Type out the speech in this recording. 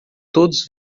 todos